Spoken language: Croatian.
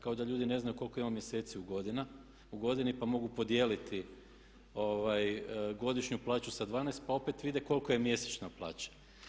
Kao da ljudi ne znaju koliko ima mjeseci u godini pa mogu podijeliti godišnju plaću pa opet vide kolika je mjesečna plaća.